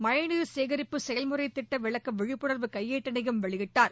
மழைநீர் சேகரிப்பு செயல்முறைத் திட்ட விளக்க விழிப்புணர்வு கையேட்டினையும் வெளியிட்டார்